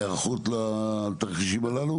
ההיערכות לתרחישים הללו?